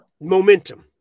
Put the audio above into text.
momentum